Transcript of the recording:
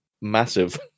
massive